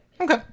okay